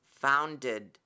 founded